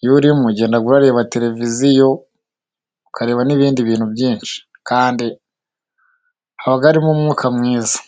iyo urimo ugenda ureba televiziyo, ukareba n'ibindi bintu byinshi, kandi haba harimo umwuka mwiza.